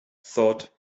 thought